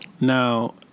Now